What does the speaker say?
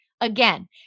again